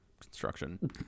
construction